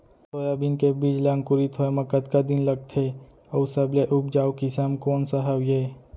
Soybean के बीज ला अंकुरित होय म कतका दिन लगथे, अऊ सबले उपजाऊ किसम कोन सा हवये?